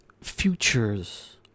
futures